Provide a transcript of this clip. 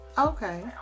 okay